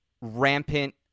rampant